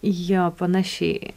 jo panašiai